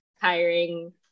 hiring